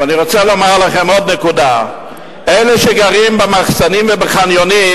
ואני רוצה לומר לכם עוד נקודה: אלה שגרים במחסנים ובחניונים,